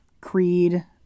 Creed